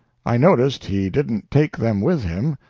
i noticed he didn't take them with him.